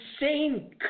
insane